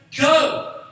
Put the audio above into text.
go